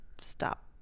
stop